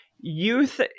youth